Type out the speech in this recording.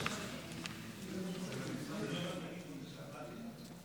כנסת נכבדה, מצפה יריחו,